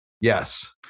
yes